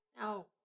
No